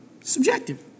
subjective